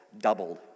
doubled